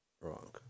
wrong